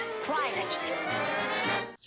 Quiet